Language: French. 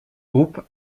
groupes